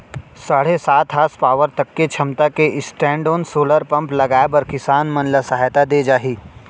साढ़े सात हासपावर तक के छमता के स्टैंडओन सोलर पंप लगाए बर किसान मन ल सहायता दे जाही